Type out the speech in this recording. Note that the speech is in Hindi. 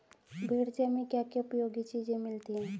भेड़ से हमें क्या क्या उपयोगी चीजें मिलती हैं?